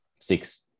six